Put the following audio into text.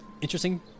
interesting